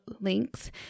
links